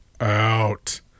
out